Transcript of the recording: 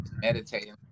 meditating